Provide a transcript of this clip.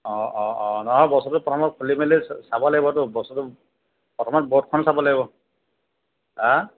অঁ অঁ অঁ নহয় বস্তুটো প্ৰথমে খুলি মেলি চাব লাগিবতো বস্তুটো প্ৰথমত বৰ্ডখন চাব লাগিব